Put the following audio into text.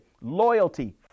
loyalty